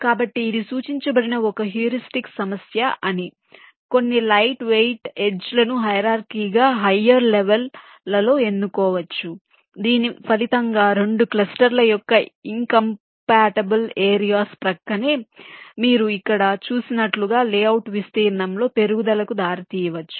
కాబట్టి ఇది సూచించబడిన ఒక హ్యూరిస్టిక్ సమస్య అని కొన్ని లైట్ వెయిట్ ఎడ్జ్ లను హైరార్కీ గా హయ్యర్ లెవెల్ లలో ఎన్నుకోవచ్చు దీని ఫలితంగా రెండు క్లస్టర్ ల యొక్క ఇంకంపాటిబుల్ ఏరియాస్ ప్రక్కనే మీరు ఇక్కడ చూసినట్లుగా లేఅవుట్ విస్తీర్ణంలో పెరుగుదలకు దారితీయవచ్చు